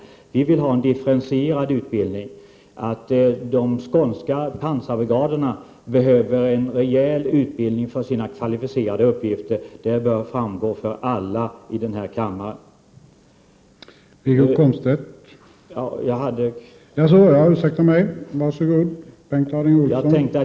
Vi vill ha en differentierad utbildning. Att de skånska pansarbrigaderna behöver en rejäl utbildning för sina kvalificerade uppgifter bör framgå för alla i denna kammare.